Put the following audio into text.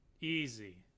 easy